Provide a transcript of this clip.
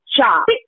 shop